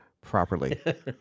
properly